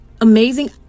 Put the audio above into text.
amazing